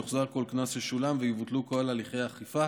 יוחזר כל קנס ששולם ויבוטלו כל הליכי אכיפה,